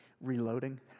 reloading